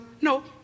No